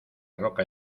roca